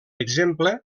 exemple